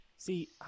See